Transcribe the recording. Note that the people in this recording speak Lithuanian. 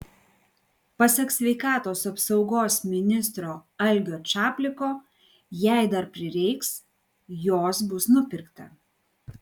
pasak sveikatos apsaugos ministro algio čapliko jei dar prireiks jos bus nupirkta